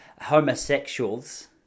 homosexuals